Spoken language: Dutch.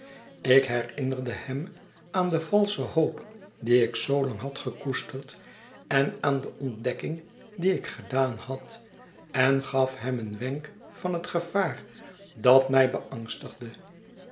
ik herinnerde hem aan de valsche hoop die ik zoo lang had gekoesterd en aan de ontdekking die ik gedaan had en gaf hem een wenk van het gevaar dat mij beangstigde